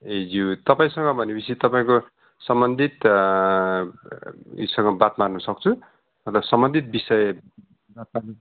ए ज्यू तपाईँसँग भनेपछि तपाईँको सम्बन्धित उयोसँग बात गर्नु सक्छु मतलब सम्बन्धित विषय